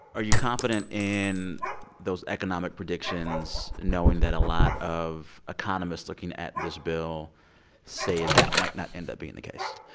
are you confident in those economic predictions, knowing that a lot of economists looking at this bill say that might not end up being the case,